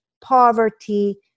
poverty